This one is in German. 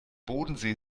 bodensee